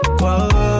Whoa